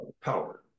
power